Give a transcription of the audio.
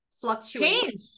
fluctuate